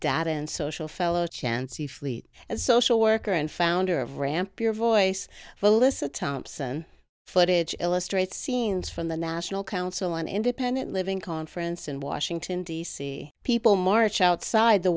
dad and social fellow chancy fleet and social worker and founder of ramp your voice alyssa thompson footage illustrates scenes from the national council on independent living conference in washington d c people march outside the